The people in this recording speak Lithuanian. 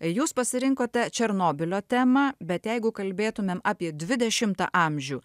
jūs pasirinkote černobylio temą bet jeigu kalbėtumėm apie dvidešimtą amžių